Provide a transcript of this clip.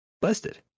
busted